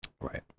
right